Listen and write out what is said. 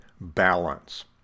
balance